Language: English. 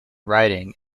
writing